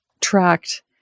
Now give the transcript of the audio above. tracked